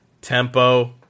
tempo